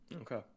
Okay